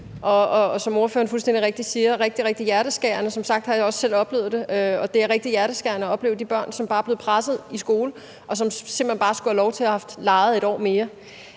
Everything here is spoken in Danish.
rigtigt siger – rigtig, rigtig hjerteskærende. Som sagt har jeg også selv oplevet det, og det er rigtig hjerteskærende at opleve de børn, som er blevet presset i skole, og som simpelt hen bare skulle have haft lov til at lege et år mere.